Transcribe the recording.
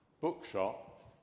bookshop